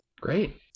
Great